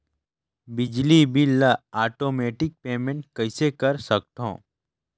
बिजली बिल ल automatic payment कइसे कर सकथव?